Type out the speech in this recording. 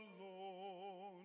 alone